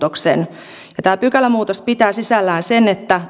yhden pykälämuutoksen ja tämä pykälämuutos pitää sisällään sen että